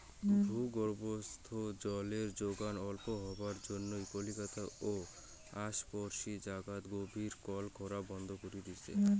ভূগর্ভস্থ জলের যোগন অল্প হবার জইন্যে কলিকাতা ও আশপরশী জাগাত গভীর কল খোরা বন্ধ করি দিচে